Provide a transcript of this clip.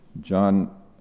John